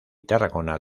tarragona